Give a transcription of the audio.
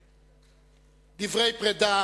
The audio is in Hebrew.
אנחנו עוברים לדברי פרידה